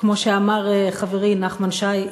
כמו שאמר חברי נחמן שי,